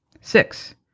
Six